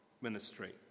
ministry